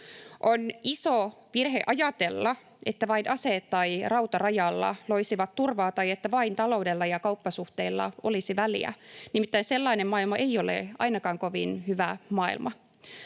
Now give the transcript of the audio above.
On iso virhe ajatella, että vain aseet tai rauta rajalla loisivat turvaa tai että vain taloudella ja kauppasuhteilla olisi väliä, nimittäin sellainen maailma ei ole ainakaan kovin hyvä maailma.